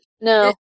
No